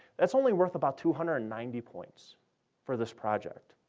that's only worth about two hundred and ninety points for this project.